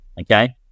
Okay